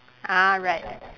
ah right right